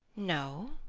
no,